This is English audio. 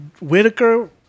Whitaker